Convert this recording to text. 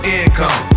income